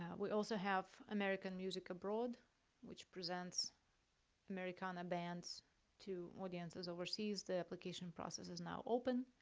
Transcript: and we also have american music abroad which presents americana bands to audiences overseas. the application process is now open.